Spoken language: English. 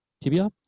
tibia